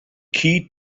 key